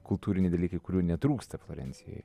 kultūriniai dalykai kurių netrūksta florencijoj